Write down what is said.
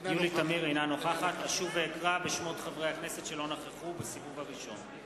אינה נוכחת אשוב ואקרא בשמות חברי הכנסת שלא נכחו בסיבוב הראשון.